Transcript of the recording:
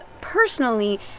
personally